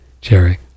Jerry